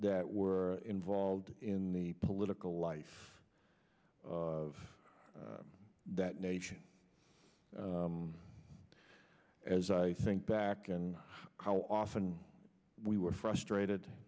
that were involved in the political life of that nation as i think back and how often we were frustrated